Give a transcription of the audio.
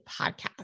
podcast